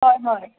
হয় হয়